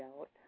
out